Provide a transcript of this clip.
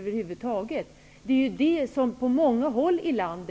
Sådana saker görs inte i dag i tillräcklig omfattning på många håll i vårt land.